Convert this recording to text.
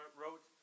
wrote